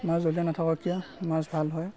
মাছ য'তে নাথাকক কিয় মাছ ভাল হয়